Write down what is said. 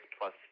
plus